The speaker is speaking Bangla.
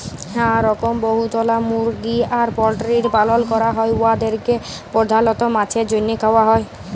হাঁ রকম বহুতলা মুরগি আর পল্টিরির পালল ক্যরা হ্যয় উয়াদেরকে পর্ধালত মাংছের জ্যনহে খাউয়া হ্যয়